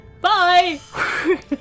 Bye